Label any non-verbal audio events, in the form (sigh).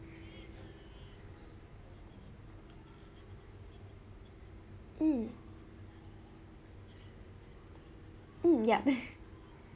mm um yup (laughs)